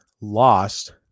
lost